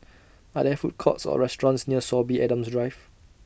Are There Food Courts Or restaurants near Sorby Adams Drive